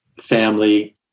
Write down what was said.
family